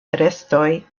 restoj